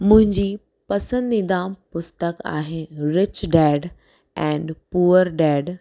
मुंहिजी पसंदीदा पुस्तक आहे rich dad and poor dad